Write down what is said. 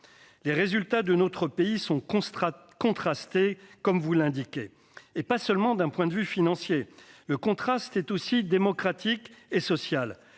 Les résultats de notre pays sont contrastés, comme vous l'indiquez, et ce n'est pas vrai seulement d'un point de vue financier. Le contraste est aussi démocratique et social,